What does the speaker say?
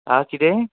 आं कितें